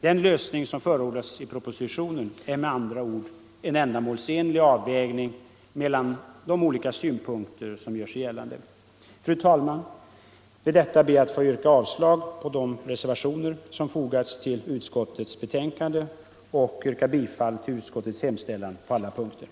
Den lösning som förordas i propositionen är med andra ord en ändamålsenlig avvägning mellan de olika synpunkter som gör sig gällande. Fru talman! Med detta ber jag att få yrka bifall till utskottets hemställan på alla punkter, vilket innebär avslag på de reservationer som fogats till betänkandet.